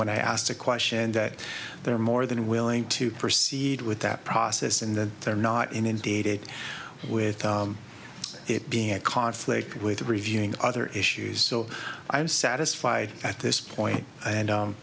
when i asked a question that they're more than willing to proceed with that process and then they're not inundated with it being at conflict with reviewing other issues so i am satisfied at this point and